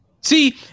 see